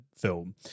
film